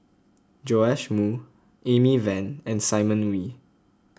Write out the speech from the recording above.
Joash Moo Amy Van and Simon Wee